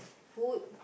food